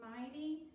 mighty